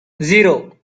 zero